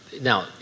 Now